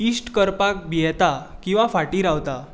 इश्ट करपाक भियेतां किंवा फाटीं रावतां